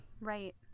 Right